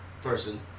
person